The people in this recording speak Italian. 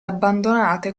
abbandonate